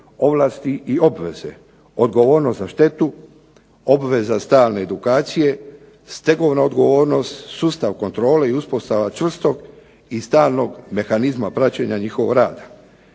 ovlasti i obveze, odgovornost za štetu, obveza stalne edukacije, stegovna odgovornost, sustav kontrole i uspostava čvrstog i stalnog mehanizma prćenja njihovog rada.